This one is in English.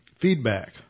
feedback